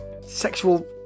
sexual